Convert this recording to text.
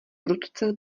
prudce